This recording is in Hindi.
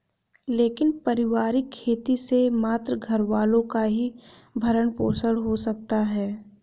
लेकिन पारिवारिक खेती से मात्र घरवालों का ही भरण पोषण हो सकता है